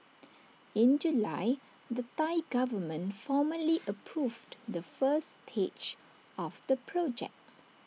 in July the Thai Government formally approved the first stage of the project